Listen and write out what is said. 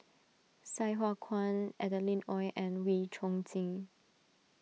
Sai Hua Kuan Adeline Ooi and Wee Chong Jin